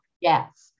Yes